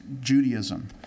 Judaism